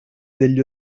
degli